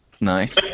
Nice